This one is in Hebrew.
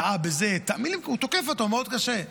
שטעה בזה, מילים קשות, הוא תוקף אותו מאוד קשה.